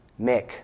Mick